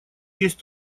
есть